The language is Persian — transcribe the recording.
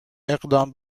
اقدام